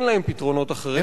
אין להם פתרונות אחרים.